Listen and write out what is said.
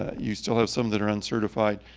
ah you still have some that are uncertified.